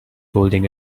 holding